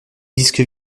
disques